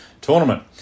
tournament